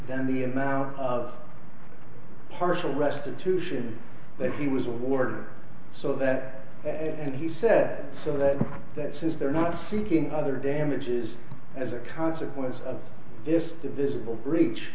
than the amount of partial restitution that he was awarded so that and he said so that that says they're not seeking other damages as a consequence of this divisible reach